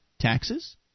taxes